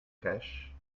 cash